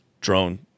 drone